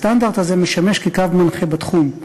הסטנדרט הזה משמש קו מנחה בתחום.